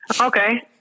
Okay